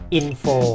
info